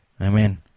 Amen